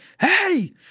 hey